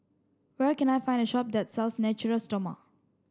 where can I find a shop that sells Natura Stoma